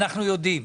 אנחנו יודעים,